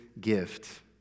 gift